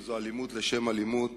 שזו אלימות לשם אלימות,